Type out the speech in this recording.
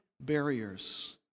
barriers